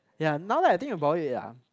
ya now that I think about it lah